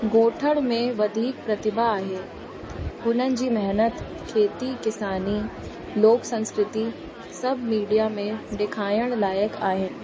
ॻोठण में वधीक प्रतिभा आहे हुननि जी महिनत खेती किसानी लोक संस्कृति सभु मीडिया में ॾेखारण लाइक़ु आहिनि